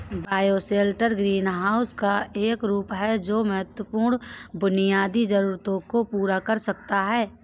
bioshelter greenhouse का एक रूप है जो महत्वपूर्ण बुनियादी जरूरतों को पूरा कर सकता है